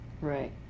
right